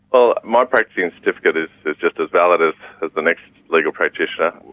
well, my practising certificate is just as valid as the next legal practitioner.